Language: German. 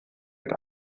mit